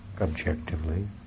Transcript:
objectively